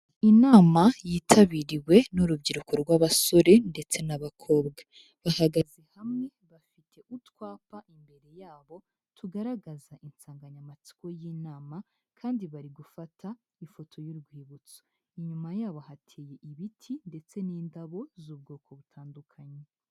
Inama yitabiriwe n'urubyiruko rw'abasore ndetse n'abakobwa, bahagaze hamwe bafite utwapa imbere yabo tugaragaza insanganyamatsiko y'inama kandi bari gufata ifoto y'urwibutso, inyuma yabo hateye ibiti ndetse n'indabo z'ubwoko butandukanye.